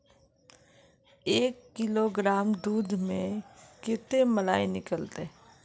एक किलोग्राम दूध में कते मलाई निकलते?